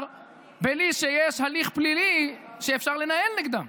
בלי שיש הליך פלילי שאפשר לנהל נגדם.